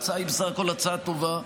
ההצעה בסך הכול טובה,